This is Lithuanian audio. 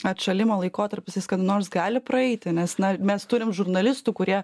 atšalimo laikotarpis jis kada nors gali praeiti nes na mes turim žurnalistų kurie